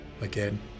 again